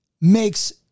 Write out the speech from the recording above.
makes